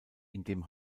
indem